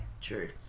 True